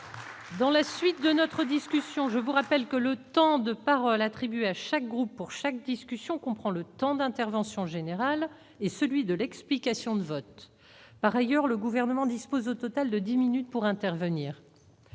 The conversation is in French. dans la suite de nos débats. Mes chers collègues, je vous rappelle que le temps de parole attribué à chaque groupe pour chaque discussion comprend le temps d'intervention générale et celui de l'explication de vote. Par ailleurs, le Gouvernement dispose au total de dix minutes pour intervenir.